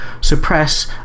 suppress